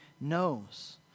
knows